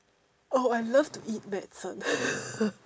oh I love to eat medicine